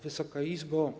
Wysoka Izbo!